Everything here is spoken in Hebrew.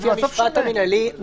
לפי המשפט המינהלי,